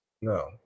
No